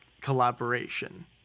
collaboration